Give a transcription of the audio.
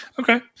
Okay